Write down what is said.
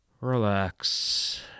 Relax